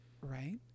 Right